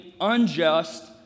unjust